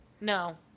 No